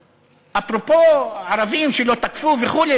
אפרופו ערבים שלא תקפו וכו',